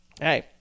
hey